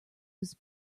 was